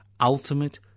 Ultimate